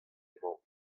emañ